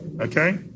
okay